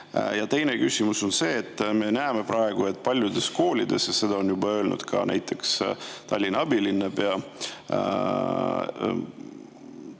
Ja teine küsimus on see. Me näeme praegu, et paljudest koolidest – ja seda on öelnud ka näiteks Tallinna abilinnapea